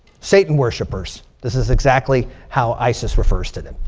satan worshippers. this is exactly how isis refers to them.